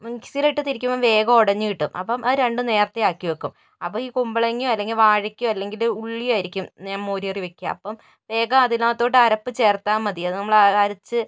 മിക്സിയില് ഇട്ടു തിരിക്കുമ്പോൾ വേഗം ഉടഞ്ഞു കിട്ടും അപ്പോൾ അത് രണ്ടും നേരത്തെ ആക്കി വെക്കും അപ്പോൾ ഈ കുമ്പളങ്ങയോ അല്ലെങ്കിൽ വാഴക്കയോ അല്ലെങ്കിൽ ഉള്ളി ആയിരിക്കും ഞാൻ മോര് കറി വയ്ക്കുക അപ്പോൾ വേഗം അതിനകത്തോട്ടു അരപ്പ് ചേര്ത്താൽ മതി അത് നമ്മള് അരച്ച്